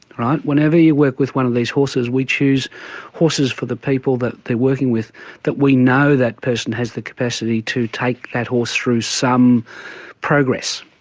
um whenever you work with one of these horses, we choose horses for the people that they are working with that we know that person has the capacity to take that horse through some progress.